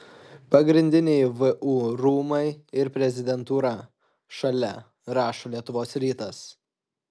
pagrindiniai vu rūmai ir prezidentūra šalia rašo lietuvos rytas